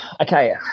okay